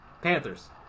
Panthers